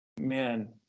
man